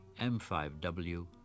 M5W